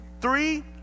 three